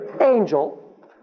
angel